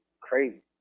crazy